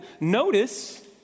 Notice